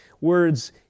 words